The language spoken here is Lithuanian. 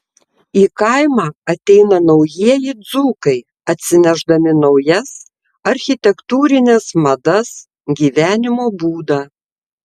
į kaimą ateina naujieji dzūkai atsinešdami naujas architektūrines madas gyvenimo būdą